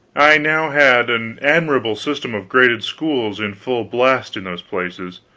i now had an admirable system of graded schools in full blast in those places,